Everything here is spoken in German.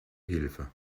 hilfe